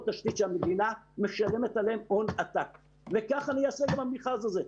תשתית שהמדינה משלמת עליהן הון עתק וכך אני אעשה גם עם המכרז הזה.